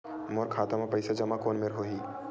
मोर खाता मा पईसा जमा कोन मेर होही?